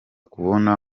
kubona